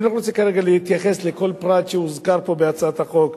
אני לא רוצה כרגע להתייחס לכל פרט שהוזכר פה בהצעת החוק,